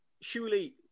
surely